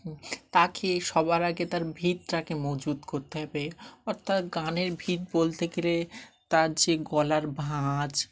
তাকে সবার আগে তার ভিতটাকে মজবুত করতে হবে অ তার গানের ভিত বলতে গেলে তার যে গলার ভাঁজ